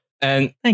Thank